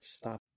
Stop